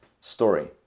story